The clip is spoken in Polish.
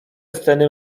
sceny